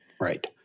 Right